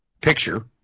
picture